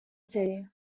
city